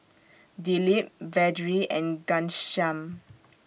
Dilip Vedre and Ghanshyam